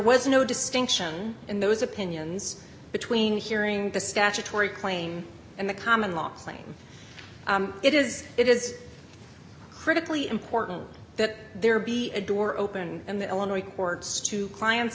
was no distinction in those opinions between hearing the statutory claim and the common law playing it is it is critically important that there be a door open in the illinois courts to clients